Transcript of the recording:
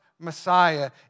Messiah